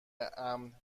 امن